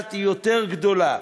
ממוצעת היא גדולה יותר.